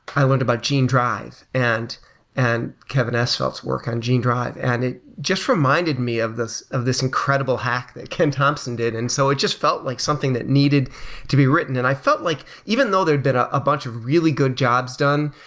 i went about gene drive, and and kevin esvelt's work on gene drive, and it just reminded me of this of this incredible hack that ken thompson did, and so it just felt like something that needed to be written. and i felt like even though there had been ah a bunch of really good jobs done